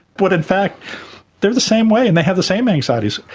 but in fact they are the same way and they have the same anxieties.